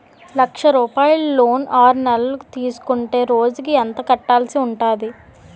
లక్ష రూపాయలు లోన్ ఆరునెలల కు తీసుకుంటే రోజుకి ఎంత కట్టాల్సి ఉంటాది?